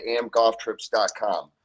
amgolftrips.com